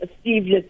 Steve